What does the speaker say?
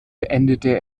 beendete